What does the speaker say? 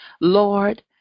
Lord